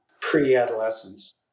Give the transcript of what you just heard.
pre-adolescence